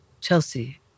Chelsea